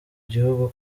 gihugu